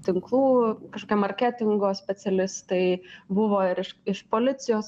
tinklų kažkie marketingo specialistai buvo ir iš iš policijos